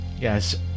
Yes